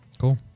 Cool